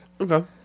Okay